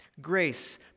grace